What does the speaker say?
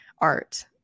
art